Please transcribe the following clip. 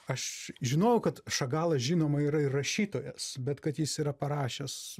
aš žinojau kad šagalas žinoma yra rašytojas bet kad jis yra parašęs